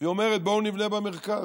היא אומרת: בואו נבנה במרכז.